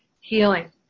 healing